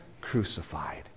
crucified